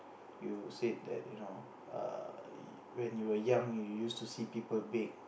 you said that you know err when you were young you used to see people bake